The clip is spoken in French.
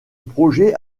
projet